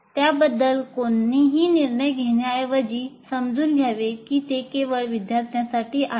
त्याबद्दल कोणीही निर्णय घेण्याऐवजी समजून घ्यावे कि ते केवळ विद्यार्थ्यांसाठी आहे